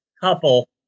couple